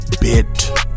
bit